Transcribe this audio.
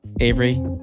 Avery